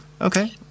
Okay